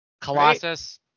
colossus